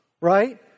right